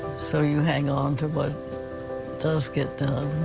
so you hang on to what does get